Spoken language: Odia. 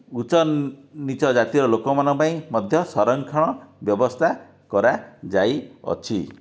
ଉଚ୍ଚ ନିଚ ଜାତିର ଲୋକମାନଙ୍କ ପାଇଁ ମଧ୍ୟ ସରଂକ୍ଷଣ ବ୍ୟବସ୍ଥା କରାଯାଇଅଛି